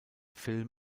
film